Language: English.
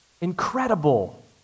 Incredible